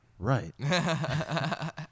Right